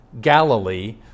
Galilee